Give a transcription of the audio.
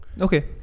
Okay